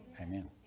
Amen